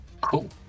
Cool